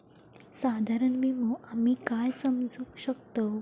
साधारण विमो आम्ही काय समजू शकतव?